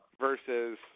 versus